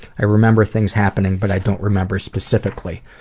i remember things happening but i don't remember specifically.